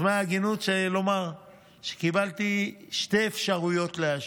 אז מן ההגינות לומר שקיבלתי שתי אפשרויות להשיב,